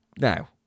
Now